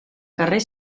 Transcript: carrer